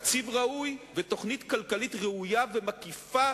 תקציב ראוי ותוכנית כלכלית ראויה ומקיפה